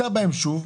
הכתה בהם שוב,